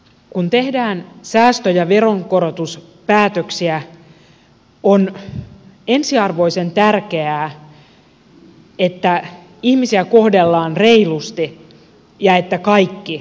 kun tehdään säästö ja veronkorotuspäätöksiä on ensiarvoisen tärkeää että ihmisiä kohdellaan reilusti ja että kaikki osallistuvat